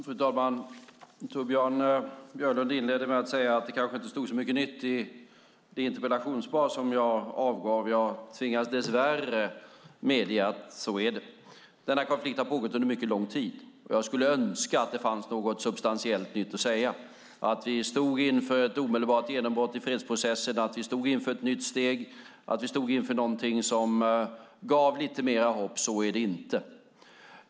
Fru talman! Torbjörn Björlund inledde med att säga att det kanske inte stod så mycket nytt i det interpellationssvar som jag avgav. Jag tvingas dess värre medge att så är det. Denna konflikt har pågått under mycket lång tid. Jag skulle önska att det fanns något substantiellt nytt att säga - att vi stod inför ett omedelbart genombrott i fredsprocessen, att vi stod inför ett nytt steg och att vi stod inför någonting som gav lite mer hopp. Så är det inte.